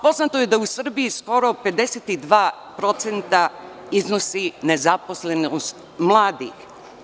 Poznato je da je u Srbiji skoro 52% iznosi nezaposlenost mladih.